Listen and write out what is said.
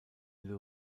les